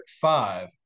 five